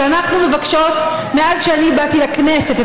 אנחנו מבקשות את הנתונים האלה מאז שאני באתי לכנסת,